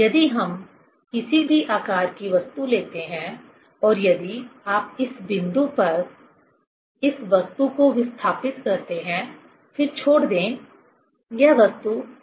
यदि हम किसी भी आकार की वस्तु लेते हैं और यदि आप इस बिंदु पर इस वस्तु को विस्थापित करते हैं फिर छोड़ दे यह वस्तु ओसीलेट कर सकती है